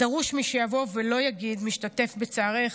דרוש מי שיבוא ולא יגיד 'משתתף בצערך',